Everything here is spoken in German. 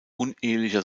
unehelicher